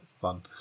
fun